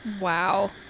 wow